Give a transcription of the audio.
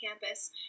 campus